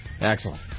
Excellent